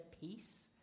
peace